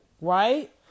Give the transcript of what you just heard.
right